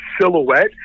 silhouette